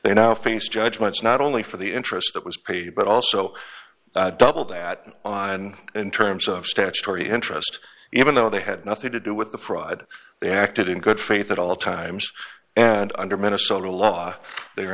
they now face judgments not only for the interest that was paid but also double that on in terms of statutory interest even though they had nothing to do with the fraud they acted in good faith at all times and under minnesota law they